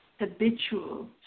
habitual